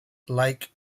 lake